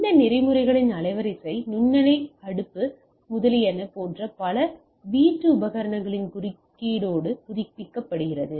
இந்த நெறிமுறைகளின் அலைவரிசை நுண்ணலை அடுப்பு முதலியன போன்ற பல வீட்டு உபகரணங்களின் குறுக்கீட்டோடு புதுப்பிக்கப்படுகிறது